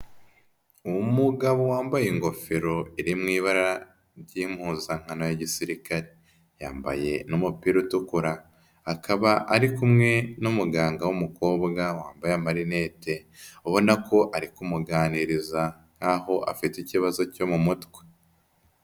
Umugabo wambaye ingofero iri mu ibara ry'impuzankano ya gisirikare, yambaye n'umupira utukura, akaba ari kumwe n'umuganga w'umukobwa wambaye amarinete ubona ko ari kumuganiriza nk'aho afite ikibazo cyo mu mutwe.